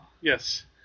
Yes